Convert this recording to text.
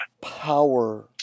power